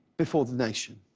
before the nation.